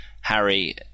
Harry